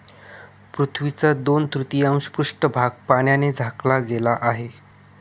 पृथ्वीचा दोन तृतीयांश पृष्ठभाग पाण्याने झाकला गेला आहे